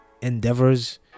endeavors